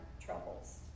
troubles